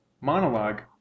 monologue